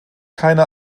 keine